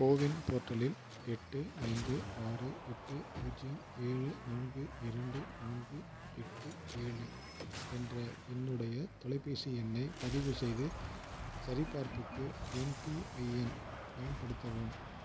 CoWIN போர்ட்டலில் எட்டு ஐந்து ஆறு எட்டு பூஜ்ஜியம் ஏழு நான்கு இரண்டு நான்கு எட்டு ஏழு என்ற என்னுடைய தொலைபேசி எண்ணை பதிவு செய்து சரிபார்ப்புக்கு எம்பிஐஎன் பயன்படுத்தவும்